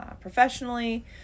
professionally